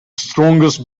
strongest